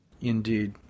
indeed